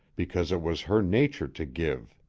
because it was her nature to give.